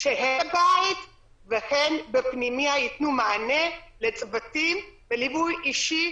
שנמצאים בבית והן בפנימייה יתנו מענה לצוותים וליווי אישי,